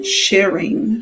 sharing